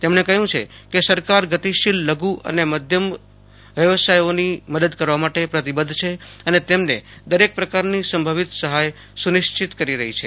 તેમણે કહ્યું છે કે સરકાર ગતિશીલ લઘુ અને મધ્યમ વ્યવસાયોની મદદ કરવા માટે પ્રતિબદ્ધ છે અને તેમને દરેક પ્રકારની સંભવિત સહાય સુનિશ્ચિત કરી રહી છે